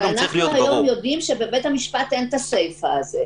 אנחנו יודעים שבתקנות של בית-המשפט אין את הסיפה הזו